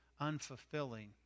unfulfilling